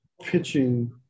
pitching